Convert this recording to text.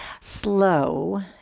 Slow